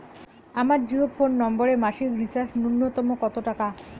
আমার জিও ফোন নম্বরে মাসিক রিচার্জ নূন্যতম কত টাকা?